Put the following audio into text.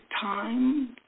time